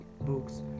books